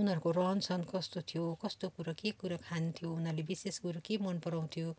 उनीहरूको रहन सहन कस्तो थियो कस्तो कुरो के कुरो खान्थ्यो उनीहरूले विशेष गरेर के मन पराउँथ्यो